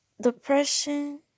Depression